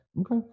okay